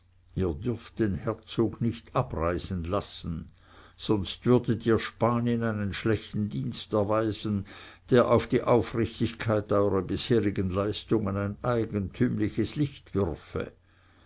den herzog nicht abreisen lassen sonst würdet ihr spanien einen schlechten dienst erweisen der auf die aufrichtigkeit eurer bisherigen leistungen ein eigentümliches licht